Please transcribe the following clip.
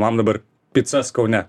man dabar picas kaune